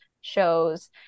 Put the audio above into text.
shows